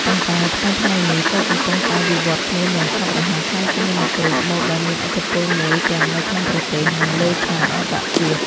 ប៉ុន្តែថ្មីៗនេះ ក៏កំពុងតែវិវត្តន៍ខ្លួនយ៉ាងឆាប់រហ័សក្លាយជានិមិត្តរូបម៉ូដដ៏មានឥទ្ធិពលមួយទាំងនៅក្នុងប្រទេស និងលើឆាកអន្តរជាតិ។